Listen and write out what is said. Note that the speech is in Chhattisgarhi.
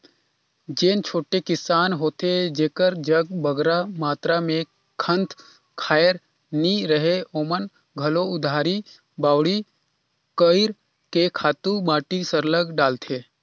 जेन छोटे किसान होथे जेकर जग बगरा मातरा में खंत खाएर नी रहें ओमन घलो उधारी बाड़ही कइर के खातू माटी सरलग डालथें